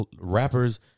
rappers